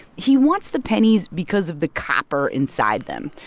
he wants the pennies because of the copper inside them.